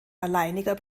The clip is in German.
alleiniger